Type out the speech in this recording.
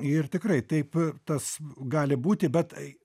ir tikrai taip tas gali būti bet